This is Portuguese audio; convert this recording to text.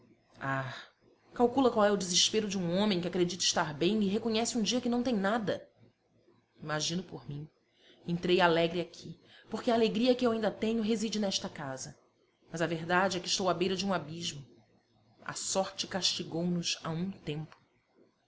ah calcula qual é o desespero de um homem que acredita estar bem e reconhece um dia que não tem nada imagino por mim entrei alegre aqui porque a alegria que eu ainda tenho reside nesta casa mas a verdade é que estou à beira de um abismo a sorte castigounos a um tempo